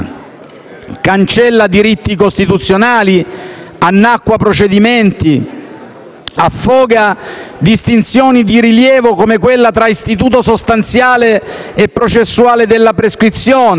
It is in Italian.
cancella diritti costituzionali, annacqua procedimenti, affoga distinzioni di rilievo, come quella tra istituto sostanziale e processuale della prescrizione;